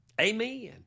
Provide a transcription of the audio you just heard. Amen